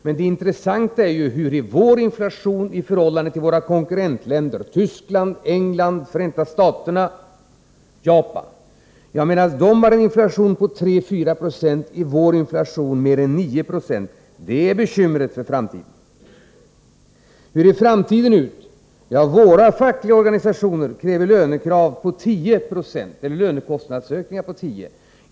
Men det intressanta är hur hög vår inflation är i förhållande till inflationen i våra konkurrentländer — Tyskland, England, Förenta staterna och Japan. Medan de har en inflation på 3-4 96 är vår inflation mer än 9 Jo. Det är bekymret inför framtiden. Hur ser framtiden ut? Ja, våra fackliga organisationer kräver lönekostnadsökningar på 10 26.